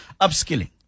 upskilling